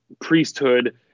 priesthood